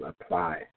apply